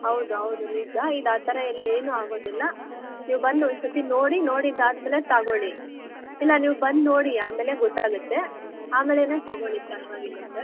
ಹೌದೌದು ನಿಜ ಇದು ಆ ಥರ ಎಲ್ಲ ಏನೂ ಆಗೋದಿಲ್ಲ ನೀವು ಬಂದು ಒಂದ್ಸತಿ ನೋಡಿ ನೋಡಿದ್ದಾದಮೇಲೆ ತಗೊಳ್ಳಿ ಇಲ್ಲ ನೀವು ಬಂದು ನೋಡಿ ಆಮೇಲೆ ಗೊತ್ತಾಗತ್ತೆ ಆಮೇಲೆ ತಗೊಳ್ಳಿ ಪರವಾಗಿಲ್ಲ ಸರ್